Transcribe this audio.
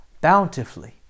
bountifully